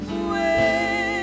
away